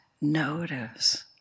notice